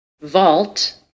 Vault